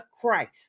Christ